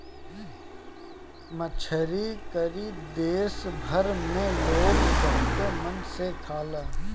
मछरी करी देश भर में लोग बहुते मन से खाला